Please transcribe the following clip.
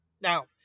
Now